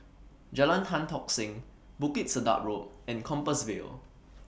Jalan Tan Tock Seng Bukit Sedap Road and Compassvale